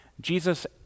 Jesus